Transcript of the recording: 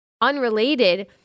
unrelated